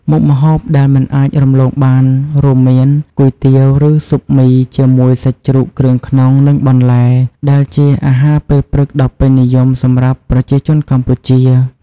មុខម្ហូបដែលមិនអាចរំលងបានរួមមាន គុយទាវ ឬស៊ុបមីជាមួយសាច់ជ្រូកគ្រឿងក្នុង និងបន្លែ ដែលជាអាហារពេលព្រឹកដ៏ពេញនិយមសម្រាប់ប្រជាជនកម្ពុជា។